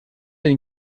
den